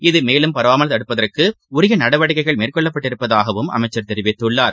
இது மேலும் பரவாமல் தடுப்பதற்குஉரியநடவடிக்கைகள் மேற்கொள்ளபட்டிருப்பதாகவும் அமைச்சர் தெரிவித்துள்ளார்